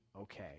okay